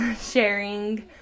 sharing